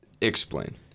Explain